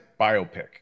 biopic